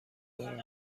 دارند